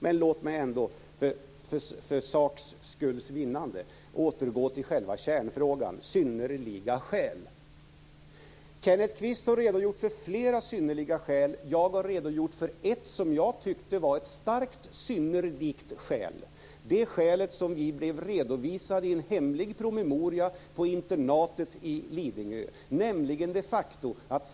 Men låt mig ändå för sakens skull återgå till själva kärnfrågan: synnerliga skäl. Kenneth Kvist har redogjort för flera synnerliga skäl. Jag har redogjort för ett skäl, som jag tyckte var ett starkt synnerligt skäl. Det skälet redovisades för oss i en hemlig promemoria på internatet på Lidingö.